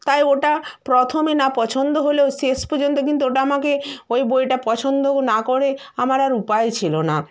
তাই ওটা প্রথমে না পছন্দ হলেও শেষ পর্যন্ত কিন্তু ওটা আমাকে ওই বইটা পছন্দ না করে আমার আর উপায় ছিলো না